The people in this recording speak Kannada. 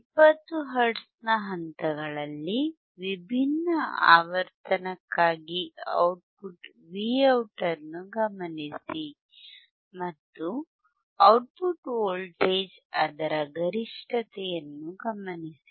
20 ಹರ್ಟ್ಜ್ನ ಹಂತಗಳಲ್ಲಿ ವಿಭಿನ್ನ ಆವರ್ತನಕ್ಕಾಗಿ ಔಟ್ಪುಟ್ Vout ಅನ್ನು ಗಮನಿಸಿ ಮತ್ತು ಔಟ್ಪುಟ್ ವೋಲ್ಟೇಜ್ ಅದರ ಗರಿಷ್ಠತೆಯನ್ನು ಗಮನಿಸಿ